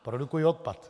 Produkují odpad.